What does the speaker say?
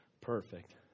Perfect